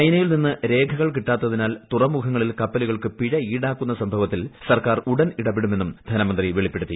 ചൈനയിൽ നിന്ന് രേഖകൾ കിട്ടാത്തതിനാൽ തുറമുഖങ്ങളിൽ കപ്പലുകൾക്ക് പിഴ ഈടാക്കുന്ന സംഭവത്തിൽ സർക്കാർ ഉടൻ ഇടപെടുമെന്നും ധനമന്ത്രി വെളിപ്പെടുത്തി